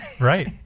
Right